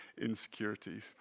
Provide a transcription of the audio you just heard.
insecurities